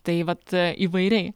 tai vat įvairiai